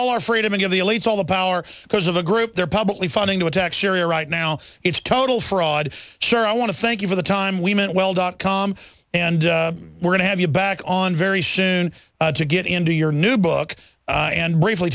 all our freedom any of the elites all the power because of a group they're publicly funding to attack syria right now it's total fraud sure i want to thank you for the time we meant well dot com and we're going to have you back on very soon to get into your new book and briefly